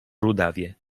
rudawie